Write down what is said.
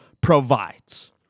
provides